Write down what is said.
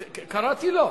אז קראתי לו.